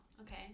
okay